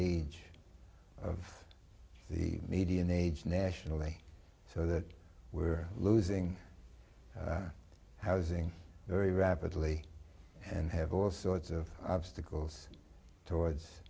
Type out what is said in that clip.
age of the median age nationally so that we're losing housing very rapidly and have all sorts of obstacles towards